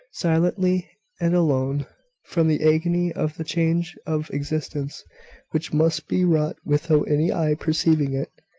silently and alone from the agony of a change of existence which must be wrought without any eye perceiving it.